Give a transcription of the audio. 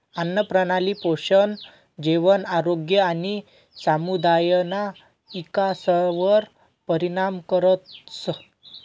आन्नप्रणाली पोषण, जेवण, आरोग्य आणि समुदायना इकासवर परिणाम करस